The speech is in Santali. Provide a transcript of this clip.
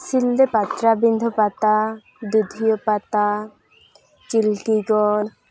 ᱥᱤᱞᱫᱟᱹ ᱯᱟᱴᱟᱵᱤᱱᱰᱷᱟᱹ ᱯᱟᱛᱟ ᱫᱟᱹᱫᱷᱭᱟᱹᱯᱟᱛᱟ ᱪᱤᱞᱠᱤᱜᱚᱲ